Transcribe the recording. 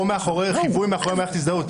או מאחורי חיווי או מאחורי מערכת הזדהות,